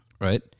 right